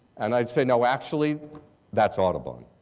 and i'd say, no, actually that's audubon.